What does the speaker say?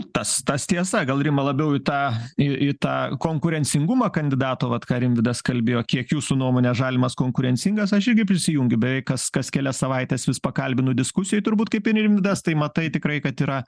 tas tas tiesa gal rima labiau į tą į tą konkurencingumą kandidato vat ką rimvydas kalbėjo kiek jūsų nuomone žalimas konkurencingas aš irgi prisijungiu beveik kas kas kelias savaites vis pakalbinu diskusijoj turbūt kaip ir rimvydas tai matai tikrai kad yra